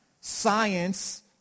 science